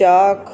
चौक